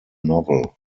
novel